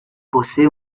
posee